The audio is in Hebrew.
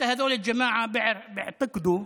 ההתאקלמות קשה,